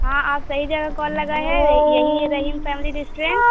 ہاں آج صحیح جگہ کال لگا ہے یہی ہے رحیم فیملی ریسٹورینٹ